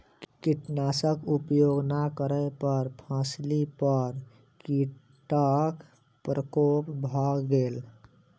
कीटनाशक उपयोग नै करै पर फसिली पर कीटक प्रकोप भ गेल